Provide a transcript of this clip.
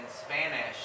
Spanish